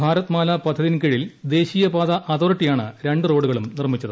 ഭാരത് മാല പദ്ധതിയിൻ കീഴിൽ ദേശീയ പാതാ അതോറിറ്റിയാണ് രണ്ട് റോഡുകളും നിർമ്മിച്ചത്